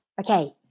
okay